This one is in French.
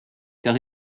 car